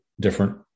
different